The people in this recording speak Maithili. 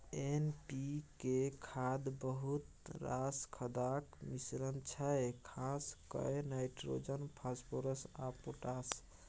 एन.पी.के खाद बहुत रास खादक मिश्रण छै खास कए नाइट्रोजन, फास्फोरस आ पोटाश